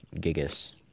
Gigas